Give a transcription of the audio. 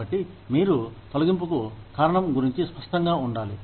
కాబట్టి మీరు తొలగింపుకు కారణం గురించి స్పష్టంగా ఉండాలి